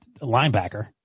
linebacker